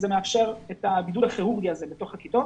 זה מאפשר את הבידול הכירורגי הזה בתוך הכיתות